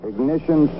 Ignition